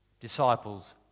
disciples